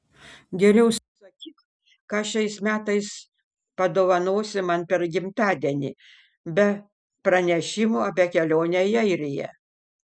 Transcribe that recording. geriau sakyk ką šiais metais padovanosi man per gimtadienį be pranešimo apie kelionę į airiją